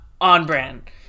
on-brand